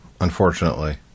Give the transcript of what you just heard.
unfortunately